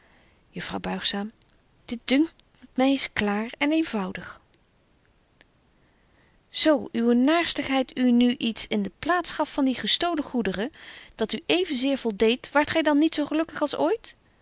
juffrouw buigzaam dit dunkt my is klaar en eenvoudig juffrouw hartog zo uwe naarstigheid u nu iets in de plaats gaf van die gestolen goederen dat u even zeer voldeedt waart gy dan niet zo gelukkig als ooit